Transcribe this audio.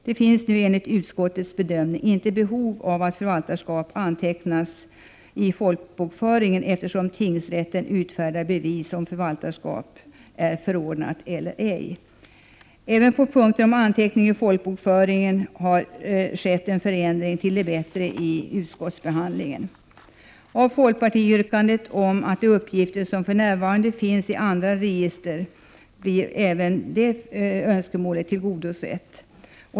Det finns nu enligt utskottets bedömning inte behov av att förvaltarskap antecknas i folkbokföringen, eftersom tingsrätten utfärdar bevis om förvaltarskap är förordnat. Även när det gäller frågan om anteckning i folkbokföringen har det skett en förändring till det bättre genom utskottsbehandlingen. Folkpartiets önskemål om uppgifter som för närvarande finns i andra register blir också tillgodosett.